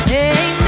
Hey